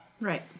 Right